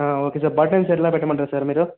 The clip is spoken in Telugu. ఆ ఓకే సార్ బట్టన్స్ ఎట్లా పెట్టమంటారు సార్ మీరు